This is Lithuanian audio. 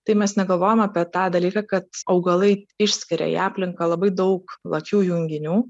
tai mes negalvojam apie tą dalyką kad augalai išskiria į aplinką labai daug lakių junginių